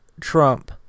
Trump